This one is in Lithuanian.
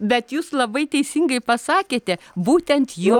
bet jūs labai teisingai pasakėte būtent jo